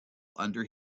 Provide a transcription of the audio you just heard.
under